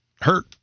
hurt